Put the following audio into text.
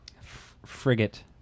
Frigate